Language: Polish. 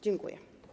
Dziękuję.